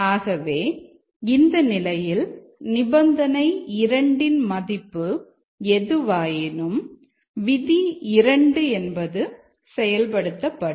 ஆகவே இந்த நிலையில் நிபந்தனை 2 ன் மதிப்பு எதுவாயினும் விதி 2 என்பது செயல்படுத்தப்படும்